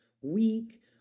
weak